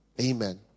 Amen